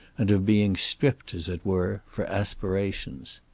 and of being stripped, as it were, for aspirations.